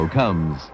comes